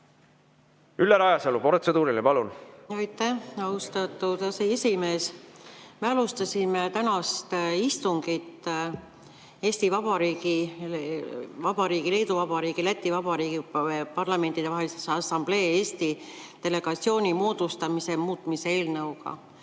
Ülle Rajasalu, protseduuriline, palun! Aitäh, austatud aseesimees! Me alustasime tänast istungit Eesti Vabariigi, Leedu Vabariigi ja Läti Vabariigi Parlamentidevahelise Assamblee Eesti delegatsiooni moodustamise muutmise eelnõuga,